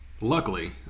Luckily